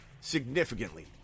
significantly